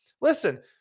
Listen